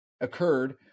occurred